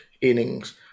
innings